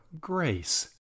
GRACE